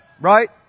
Right